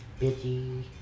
Bitchy